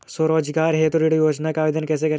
स्वरोजगार हेतु ऋण योजना का आवेदन कैसे करें?